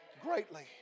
greatly